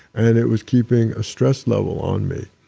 and it was keeping a stress level on me.